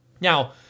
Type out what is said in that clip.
Now